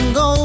go